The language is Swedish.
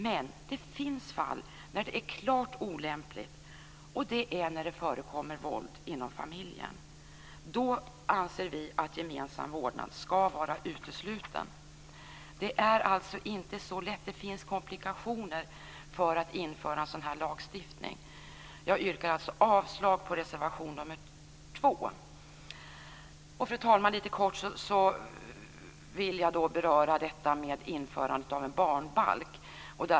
Men det finns fall när det är klart olämpligt, och det är när det förekommer våld inom familjen. Då ska gemensam vårdnad vara utesluten. Det är inte så lätt. Det finns komplikationer med en sådan lagstiftning. Jag yrkar avslag på reservation nr 2. Fru talman! Jag vill kort beröra frågan om införandet av en barnbalk.